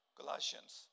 Colossians